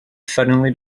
suddenly